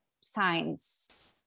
signs